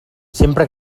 sempre